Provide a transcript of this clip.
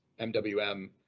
MWM